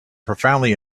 profoundly